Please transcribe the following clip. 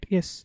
Yes